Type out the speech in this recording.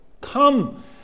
Come